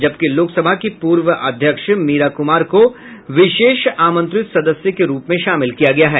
जबकि लोक सभा की पूर्व अध्यक्ष मीरा कुमार को विशेष आमंत्रित सदस्य के रूप में शामिल किया गया है